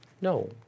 No